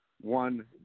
one